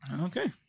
Okay